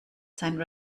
seinen